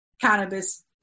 cannabis